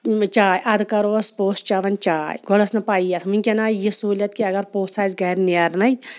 چاے اَدٕ کَر اوس پوٚژھ چیٚوان چاے گۄڈٕ ٲس نہٕ پَیی آسان وٕنۍکٮ۪ن آے یہِ سہوٗلیت کہِ اگر پوٚژھ آسہِ گَرِ نیرنَے